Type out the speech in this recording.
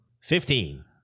Fifteen